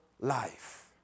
life